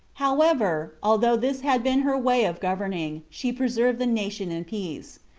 however, although this had been her way of governing, she preserved the nation in peace.